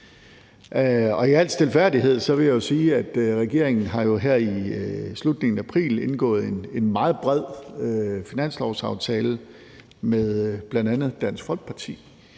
I al stilfærdighed vil jeg sige, at regeringen her i slutningen af april jo har indgået en meget bred finanslovsaftale med bl.a. Dansk Folkeparti,